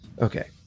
okay